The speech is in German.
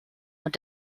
und